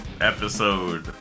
Episode